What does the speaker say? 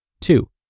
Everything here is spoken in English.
Two